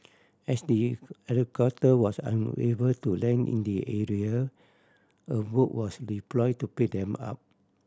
as the helicopter was unable to land in the area a boat was deploy to pick them up